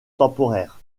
temporaire